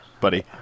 buddy